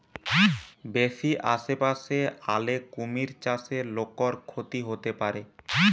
বেশি আশেপাশে আলে কুমির চাষে লোকর ক্ষতি হতে পারে